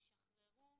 תשחררו